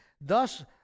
Thus